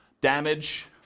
Damage